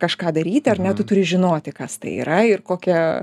kažką daryti ar ne tu turi žinoti kas tai yra ir kokia